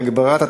(הגברת התחרות).